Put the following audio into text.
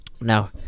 Now